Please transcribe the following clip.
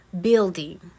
building